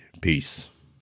Peace